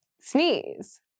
sneeze